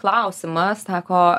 klausimas sako